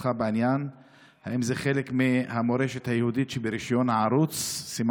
משפחות, ברור שזה יעלה הרבה פחות מ-1,000